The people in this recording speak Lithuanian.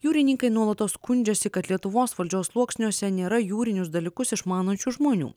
jūrininkai nuolatos skundžiasi kad lietuvos valdžios sluoksniuose nėra jūrinius dalykus išmanančių žmonių